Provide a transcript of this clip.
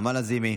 נעמה לזימי,